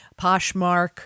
Poshmark